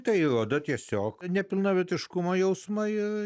tai rodo tiesiog nepilnavertiškumo jausmą ir